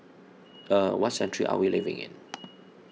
er what century are we living in